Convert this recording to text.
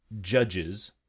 judges